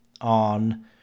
on